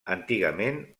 antigament